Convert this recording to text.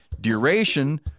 duration